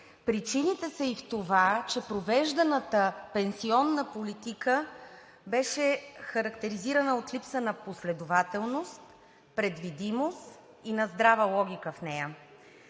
Причините са и в това, че провежданата пенсионна политика беше характеризирана от липса на последователност, предвидимост и на здрава логика в нея.